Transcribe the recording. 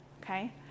okay